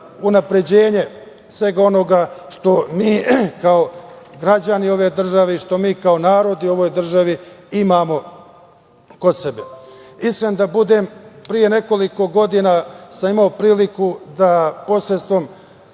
unapređenje svega onoga što mi kao građani ove države i što mi kao narod u ovoj državi imamo kod sebe. Iskren da budem, pre nekoliko godina sam imao priliku da posredstvom